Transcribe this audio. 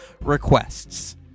requests